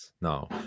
no